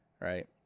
right